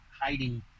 hiding